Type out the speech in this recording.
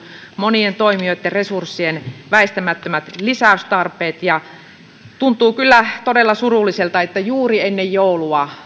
monien toimijoitten resurssien väistämättömät lisäystarpeet tuntuu kyllä todella surulliselta että juuri ennen joulua